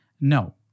no